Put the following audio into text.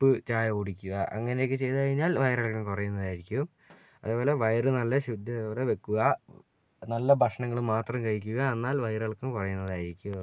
ഉപ്പ് ചായ കുടിക്കുക അങ്ങനെയൊക്കെ ചെയ്തുകഴിഞ്ഞാൽ വയറിളക്കം കുറയുന്നതായിരിക്കും അതേപോലെ വയറു നല്ല ശുദ്ധിയോടെ വെക്കുക നല്ല ഭക്ഷണങ്ങൾ മാത്രം കഴിക്കുക എന്നാൽ വയറിളക്കം കുറയുന്നതായിരിക്കും